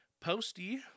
Posty